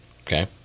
Okay